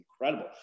incredible